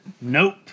Nope